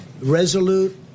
resolute